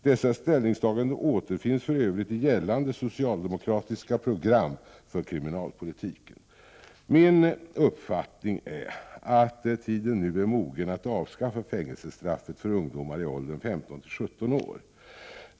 Dessa ställningstaganden återfinns för övrigt i gällande socialdemokratiska program för kriminalpolitiken. Min uppfattning är att tiden nu är mogen för att avskaffa fängelsestraffet för ungdomar i åldern 15 till 17 år.